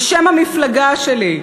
בשם המפלגה שלי,